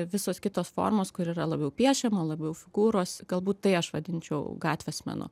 visos kitos formos kur yra labiau piešiama labiau figūros galbūt tai aš vadinčiau gatvės menu